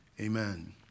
Amen